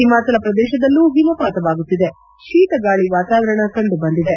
ಓಮಾಚಲ ಪ್ರದೇಶದಲ್ಲೂ ಓಮಪಾತವಾಗುತ್ತಿದೆ ಶೀತಾ ಗಾಳಿ ವಾತಾವರಣ ಕಂಡು ಬಂದಿದೆ